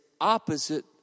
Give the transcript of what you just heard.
opposite